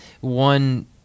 one